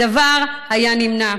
הדבר היה נמנע.